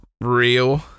real